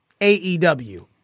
AEW